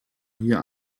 hier